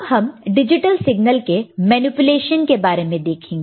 अब हम digital signal के मैनिपुलेशन के बारे में देखेंगे